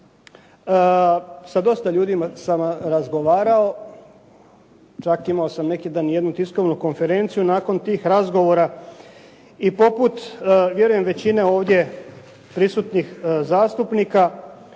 Sa dosta ljudi sam razgovarao, čak imao sam neki dan jednu tiskovnu konferenciju. Nakon tih razgovora i poput vjerujem većine ovdje prisutnih zastupnika,